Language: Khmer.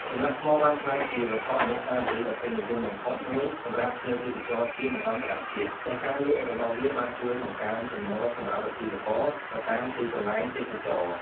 ចម្លាក់ថ្មបានក្លាយជាវត្ថុអនុស្សាវរីយ៍ដ៏ពេញនិយមបំផុតមួយសម្រាប់ភ្ញៀវទេសចរណ៍ជាតិ និងអន្តរជាតិ ដែលការលក់របស់វាបានជួយបង្កើនចំណូលសម្រាប់អាជីវករនៅតាមទីកន្លែងទេសចរណ៍។